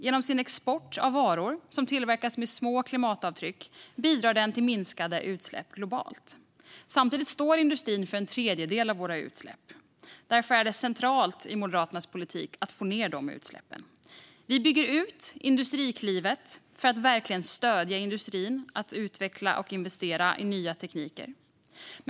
Genom sin export av varor som tillverkas med små klimatavtryck bidrar den till minskade utsläpp globalt. Samtidigt står industrin för en tredjedel av våra utsläpp. Därför är det centralt i Moderaternas politik att få ned de utsläppen. Vi bygger ut Industriklivet för att verkligen stödja industrin i att utveckla och investera i nya tekniker.